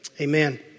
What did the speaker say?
Amen